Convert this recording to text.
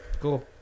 Cool